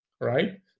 right